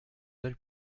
bal